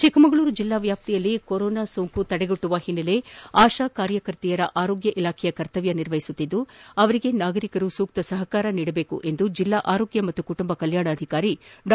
ಚಿಕ್ಕಮಗಳೂರು ಜಿಲ್ಲಾ ವ್ಯಾಪ್ತಿಯಲ್ಲಿ ಕೊರೋನಾ ಸೋಂಕು ತಡೆಗಟ್ಟುವ ಹಿನ್ನೆಲೆ ಆಶಾ ಕಾರ್ಯಕರ್ತೆಯರು ಆರೋಗ್ಯ ಇಲಾಖೆಯ ಕರ್ತವ್ಯ ನಿರ್ವಹಿಸುತ್ತಿದ್ದು ಅವರಿಗೆ ನಾಗರಿಕರು ಸೂಕ್ತ ಸಹಕಾರ ನೀಡಬೇಕು ಎಂದು ಜಿಲ್ಲಾ ಆರೋಗ್ಯ ಮತ್ತು ಕುಟುಂಬ ಕಲ್ಕಾಣಾಧಿಕಾರಿ ಡಾ